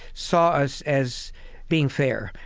saw us as being fair.